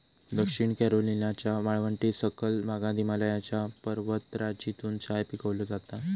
दक्षिण कॅरोलिनाच्या वाळवंटी सखल भागात हिमालयाच्या पर्वतराजीतून चाय पिकवलो जाता